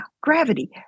gravity